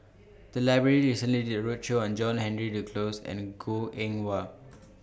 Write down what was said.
The Library recently did A roadshow on John Henry Duclos and Goh Eng Wah